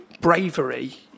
bravery